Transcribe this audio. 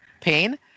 pain